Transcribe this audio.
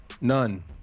None